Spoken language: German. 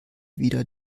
wieder